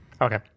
Okay